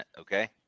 okay